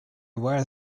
wear